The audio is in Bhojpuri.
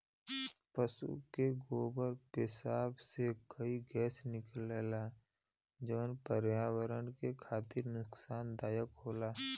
पसु के गोबर पेसाब से कई गैस निकलला जौन पर्यावरण के खातिर नुकसानदायक होला